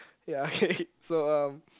ya okay so um